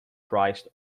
priced